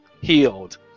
healed